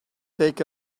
take